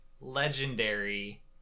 legendary